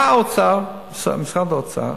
בא משרד האוצר,